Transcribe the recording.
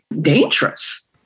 dangerous